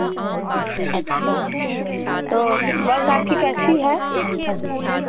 अच्छा तो बस आपकी कैसी है